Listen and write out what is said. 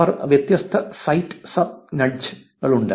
അവർക്ക് വ്യത്യസ്ത set sub nudge കളുണ്ട്